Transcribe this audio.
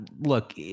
Look